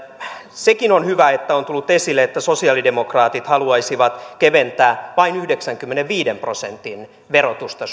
sekin on hyvä että on tullut esille että sosialidemokraatit haluaisivat keventää suomalaisista vain yhdeksänkymmenenviiden prosentin verotusta